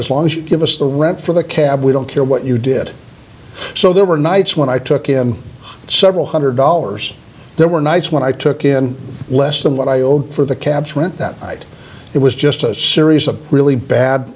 as long as you give us the rent for the cab we don't care what you did so there were nights when i took him several hundred dollars there were nights when i took in less than what i owed for the cabs rent that night it was just a series of really bad